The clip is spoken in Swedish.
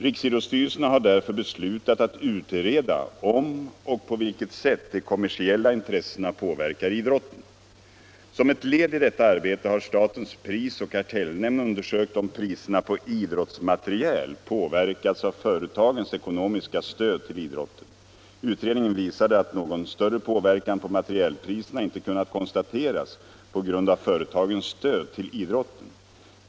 Riksidrottsstyrelsen har därför beslutat att utreda om och på vilket sätt de kommersiella intressena påverkar idrotten. Som ett led i detta arbete har statens prisoch kartellnämnd undersökt om priserna på idrottsmateriel påverkats av företagens ekonomiska stöd till idrotten. Utredningen visade att någon större påverkan på materielpriserna inte kunnat konstateras på grund av företagens stöd till idrotten.